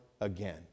again